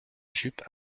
jupes